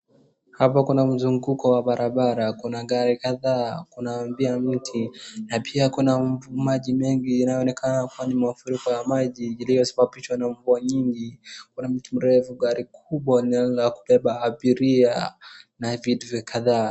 Hapa kuna mzunguko wa barabara, kuna gari kadhaa, mti na pia kuna maji mengi inayo onekana kuwa ni mafuriko ya maji iliyosababishwa na mvua nyingi kuna mti mrefu gari kubwa la kubeba abiria na vitu kadhaa.